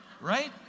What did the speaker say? right